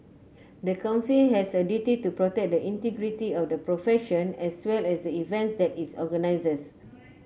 the Council has a duty to protect the integrity of the profession as well as the events that it organises